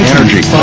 Energy